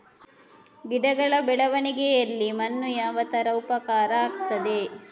ಗಿಡಗಳ ಬೆಳವಣಿಗೆಯಲ್ಲಿ ಮಣ್ಣು ಯಾವ ತರ ಉಪಕಾರ ಆಗ್ತದೆ?